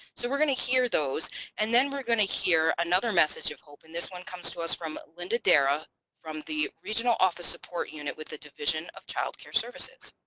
so we're going to hear those and then we're going to hear another message of hope and this one comes to us from linda dara from the regional office support unit with the division of child care services.